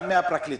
גם מהפרקליטות,